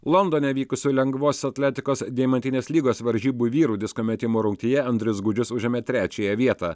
londone vykusių lengvosios atletikos deimantinės lygos varžybų vyrų disko metimo rungtyje andrius gudžius užėmė trečiąją vietą